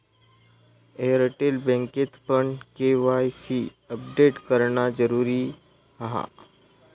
Airtel बँकेतपण KYC update करणा जरुरी हा